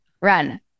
run